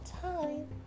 time